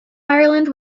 ireland